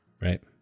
right